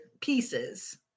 pieces